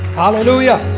hallelujah